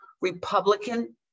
Republican